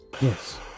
Yes